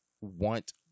want